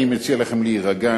אני מציע לכם להירגע,